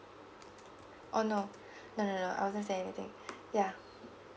oh no no no no I wasn't saying anything yeah